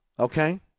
Okay